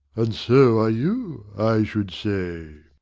and so are you, i should say.